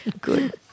good